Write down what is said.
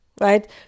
Right